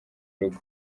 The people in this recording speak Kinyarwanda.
rugo